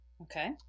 Okay